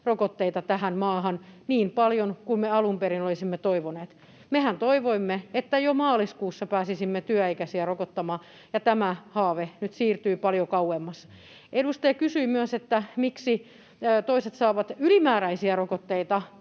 rokotteita tähän maahan niin paljon kuin me alun perin olisimme toivoneet. Mehän toivoimme, että jo maaliskuussa pääsisimme työikäisiä rokottamaan, ja tämä haave nyt siirtyy paljon kauemmas. Edustaja kysyi myös, miksi toiset saavat ylimääräisiä rokotteita